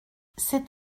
c’est